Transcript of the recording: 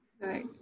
right